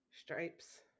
stripes